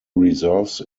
reserves